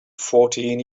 fourteen